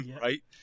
right